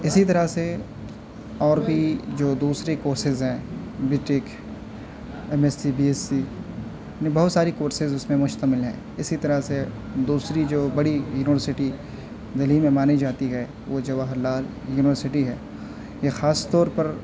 اسی طرح سے اور بھی جو دوسری کورسیز ہیں B tech M S C B S سی بہت ساری کورسیز اس میں مشتمل ہیں اسی طرح سے دوسری جو بڑی یونیورسٹی دہلی میں مانی جاتی ہے وہ جواہر لال یونیورسٹی ہے یہ خاص طور پر